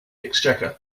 exchequer